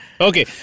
Okay